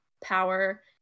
power